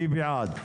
מי בעד?